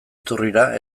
iturrira